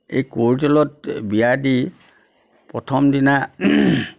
এই কৈৰিতলত বিয়া দি প্ৰথম দিনা